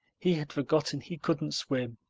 he had forgotten he couldn't swim,